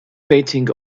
painting